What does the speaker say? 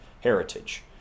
heritage